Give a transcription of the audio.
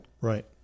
Right